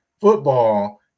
football